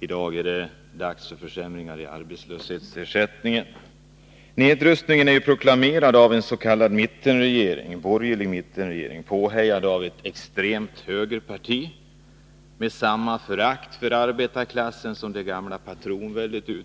i dag är det dags för försämringar i arbetslöshetsersättningen. Nedrustningen är proklamerad av en borgerlig s.k. mittenregering, påhejad av ett extremt högerparti med samma förakt för arbetarklassen som det gamla patronväldet hade.